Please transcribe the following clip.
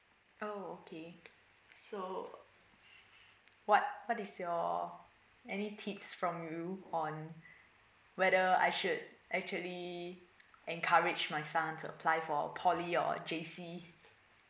oh okay so what what is your any tips from you on whether I should actually encourage my son to apply for a poly or J_C